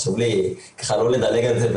הסלוגן שנבחר הוא 'לא סמים על זה',